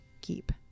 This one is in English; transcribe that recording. keep